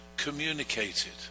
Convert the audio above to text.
Communicated